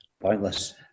pointless